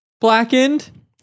Blackened